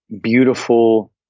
beautiful